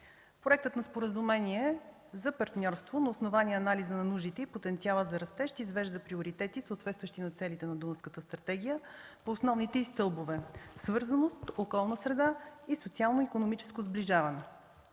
проекта на споразумение за партньорство на основание анализа на нуждите и потенциала за растеж се извеждат приоритети, съответстващи на целите на Дунавската стратегия по основните й стълбове – свързаност, околна среда и социално-икономическо сближаване.